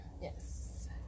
Yes